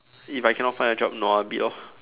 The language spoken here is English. if I cannot find a job nua a bit orh